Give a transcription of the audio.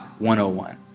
101